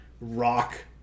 rock